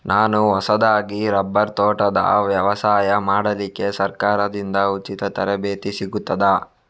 ನಾನು ಹೊಸದಾಗಿ ರಬ್ಬರ್ ತೋಟದ ವ್ಯವಸಾಯ ಮಾಡಲಿಕ್ಕೆ ಸರಕಾರದಿಂದ ಉಚಿತ ತರಬೇತಿ ಸಿಗುತ್ತದಾ?